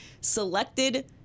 selected